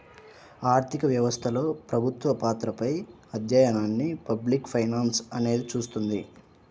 ఆర్థిక వ్యవస్థలో ప్రభుత్వ పాత్రపై అధ్యయనాన్ని పబ్లిక్ ఫైనాన్స్ అనేది చూస్తుంది